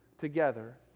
Together